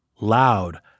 Loud